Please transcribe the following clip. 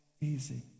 easy